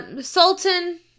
Sultan